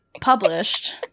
published